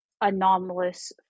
anomalous